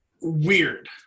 weird